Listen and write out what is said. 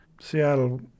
Seattle